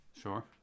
Sure